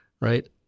right